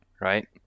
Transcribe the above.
right